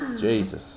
Jesus